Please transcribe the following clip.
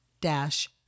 dash